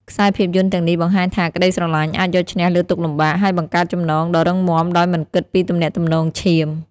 ខ្សែភាពយន្តទាំងនេះបង្ហាញថា ក្ដីស្រឡាញ់អាចយកឈ្នះលើទុក្ខលំបាក ហើយបង្កើតចំណងដ៏រឹងមាំដោយមិនគិតពីទំនាក់ទំនងឈាម។